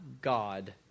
God